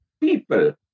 people